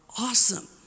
awesome